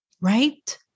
right